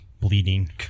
bleeding